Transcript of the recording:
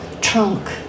trunk